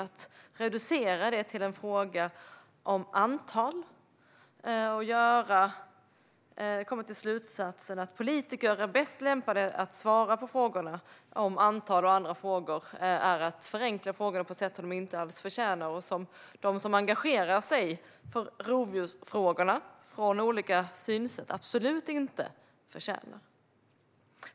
Att reducera det till en fråga om antal och dra slutsatsen att politiker är bäst lämpade att svara på frågorna om antal och annat är att förenkla frågorna på ett sätt som de inte alls förtjänar och som de som engagerar sig i rovdjursfrågorna från olika synsätt absolut inte förtjänar.